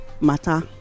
matter